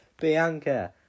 Bianca